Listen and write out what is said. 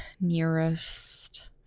nearest